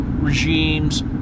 regimes